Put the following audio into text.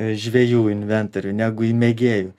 žvejų inventorių negu į mėgėjų